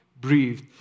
breathed